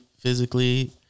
physically